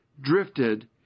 drifted